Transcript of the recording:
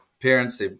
parents